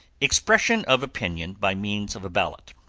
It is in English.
expression of opinion by means of a ballot.